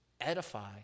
edify